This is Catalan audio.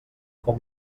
com